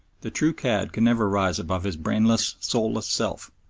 the true cad can never rise above his brainless, soulless self,